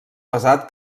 pesat